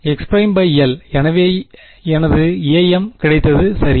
x′l எனவே எனது am கிடைத்தது சரி